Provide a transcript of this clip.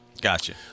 Gotcha